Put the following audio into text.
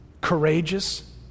courageous